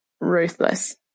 ruthless